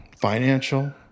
financial